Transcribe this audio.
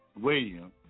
William